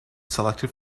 selected